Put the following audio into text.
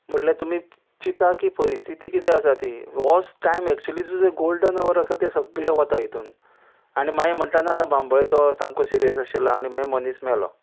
म्हळ्ळ्यार तुमी चिता की परिस्थिती कितें आसा ती होच टायम एक्चुली गोल्डन अवर आसा ते सगळे वता हितून आनी मागीर म्हणटा ना ना बांबळे तो सामको सिरियस आशिल्लो आनी मागीर मनीस मेलो